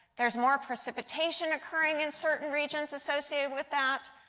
there is more precipitation occurring in certain regions associated with that.